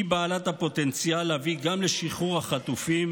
בעלת הפוטנציאל להביא גם לשחרור החטופים,